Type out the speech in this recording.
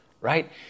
Right